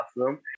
awesome